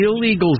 illegals